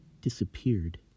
Disappeared